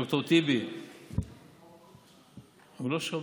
ד"ר טיבי, הוא לא שומע,